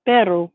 Pero